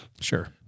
Sure